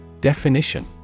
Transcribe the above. Definition